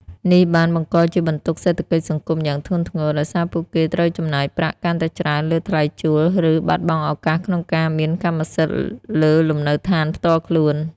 នេះបានបង្កជាបន្ទុកសេដ្ឋកិច្ចសង្គមយ៉ាងធ្ងន់ធ្ងរ ដោយសារពួកគេត្រូវចំណាយប្រាក់កាន់តែច្រើនលើថ្លៃជួល ឬបាត់បង់ឱកាសក្នុងការមានកម្មសិទ្ធិលើលំនៅឋានផ្ទាល់ខ្លួន។